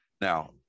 Now